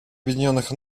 объединенных